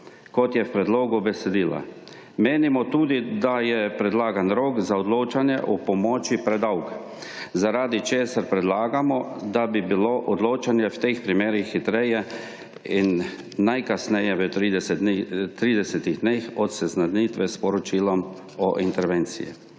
kot je v predlogu besedila. Menimo tudi, da je predlagan rok za odločanje o pomoči predolg, zaradi česar predlagamo, da bi bilo odločanje v teh primerih hitreje in najkasneje v 30 dneh od seznanitve s poročilom o intervenciji.